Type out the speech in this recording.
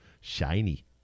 shiny